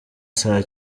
saa